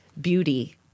beauty